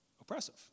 oppressive